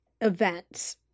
events